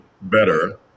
better